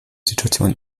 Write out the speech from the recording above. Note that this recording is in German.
situation